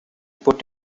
put